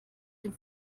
dem